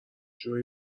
جویی